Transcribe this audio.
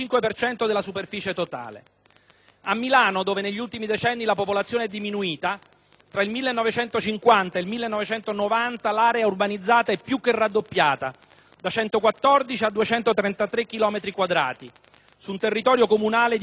A Milano, dove negli ultimi decenni la popolazione è diminuita, tra il 1950 e il 1990 l'area urbanizzata è più che raddoppiata (da 114,5 a 233,4 chilometri quadrati, su un territorio comunale di 325,2